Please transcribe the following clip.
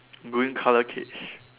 green colour cage